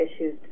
issues